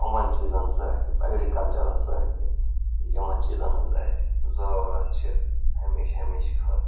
یِمَن چیٖزَن سۭتۍ تہِ اٮ۪گری کَلچَرَس سۭتۍ تہِ تہٕ یِمَن چیٖزَن ہٕنٛز اَسہِ ضٔروٗرَت چھِ ہمیشہٕ ہَمیشہِ خٲطرٕ